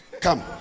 come